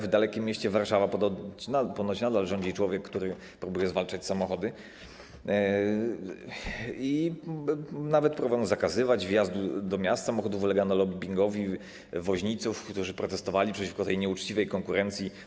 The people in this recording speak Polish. W dalekim mieście Warszawa ponoć nadal rządzi człowiek, który próbuje zwalczać samochody, i nawet próbowano zakazywać wjazdu do miast samochodów, ulegano lobbingowi woźniców, którzy protestowali przeciwko tej nieuczciwej konkurencji.